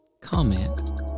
Comment